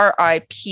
RIP